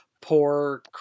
poor